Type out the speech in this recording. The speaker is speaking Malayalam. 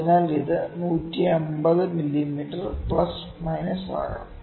അതിനാൽ ഇത് 150 mm പ്ലസ് മൈനസ് ആകാം